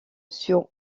sur